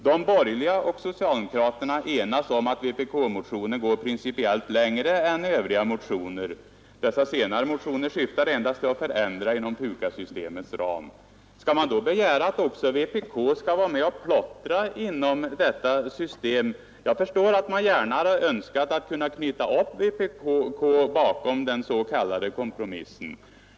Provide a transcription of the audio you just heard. De borgerliga och socialdemokraterna enas om att vpk-motionen går principiellt längre än övriga motioner. Dessa senare motioner syftar endast till förändringar inom PUKAS-systemets ram. Skall man då begära att också vpk skall vara med och plottra inom detta system? Jag förstår att man gärna önskat knyta upp vpk bakom den s.k. kompromissen.